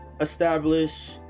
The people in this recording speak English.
establish